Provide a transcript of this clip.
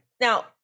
Now